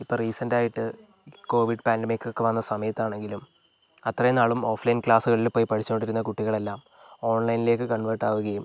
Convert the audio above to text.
ഇപ്പോൾ റീസെന്റ് ആയിട്ട് കോവിഡ് പാൻഡമിക്കൊക്കെ വന്ന സമയത്താണെങ്കിലും അത്രയും നാളും ഓഫ് ലൈൻ ക്ലാസ്സുകളിൽ പോയി പഠിച്ചുകൊണ്ടിരുന്ന കുട്ടികളെല്ലാം ഓൺലൈനിലേക്ക് കൺവെർട്ട് ആകുകയും